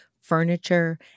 furniture